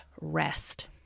rest